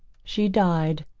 she died,